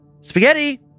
Spaghetti